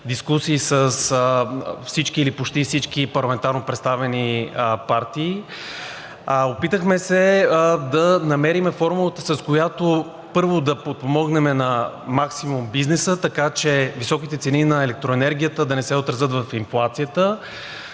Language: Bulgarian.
дискусии с всички или почти всички парламентарно представени партии. Опитахме се да намерим формулата, с която първо да подпомогнем на максимум бизнеса, така че високите цени на електроенергията да не се отразят върху инфлацията.